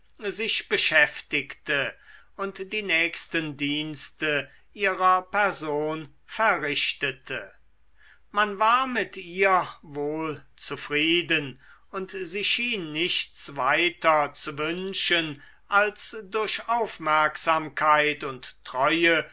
sich beschäftigte und die nächsten dienste ihrer person verrichtete man war mit ihr wohl zufrieden und sie schien nichts weiter zu wünschen als durch aufmerksamkeit und treue